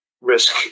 risk